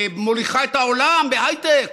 מוליכה את העולם בהייטק,